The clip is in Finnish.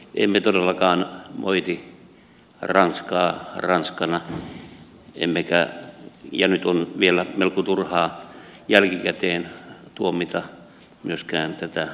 emme todellakaan moiti ranskaa ranskana ja nyt on vielä melko turhaa jälkikäteen tuomita myöskään tätä siirtomaa aikaa